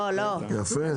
יפה.